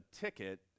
ticket